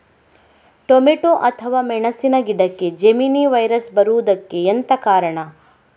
Tomato ಅಥವಾ ಮೆಣಸಿನ ಗಿಡಕ್ಕೆ ಜೆಮಿನಿ ವೈರಸ್ ಬರುವುದಕ್ಕೆ ಎಂತ ಕಾರಣ?